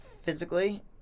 physically